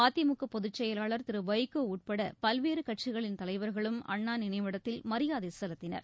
மதிமுக பொதுச் செயலாளர் திரு வைகோ உட்பட பல்வேறு கட்சிகளின் தலைவர்களும் அண்ணா நினைவிடத்தில் மரியாதை செலுத்தினர்